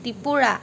Tripura